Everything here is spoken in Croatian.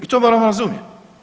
I to moramo razumjeti.